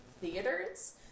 theaters